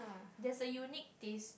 there's a unique taste